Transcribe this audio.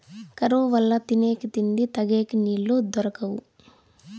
కరువు వల్ల తినేకి తిండి, తగేకి నీళ్ళు దొరకవు